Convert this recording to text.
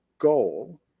goal